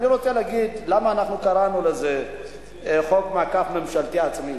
אני רוצה להגיד למה אנחנו קראנו לזה חוק מעקף ממשלתי עצמי.